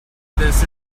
this